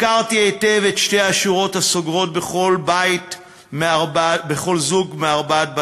הכרתי היטב את שתי השורות הסוגרות בכל זוג מארבעת בתיו.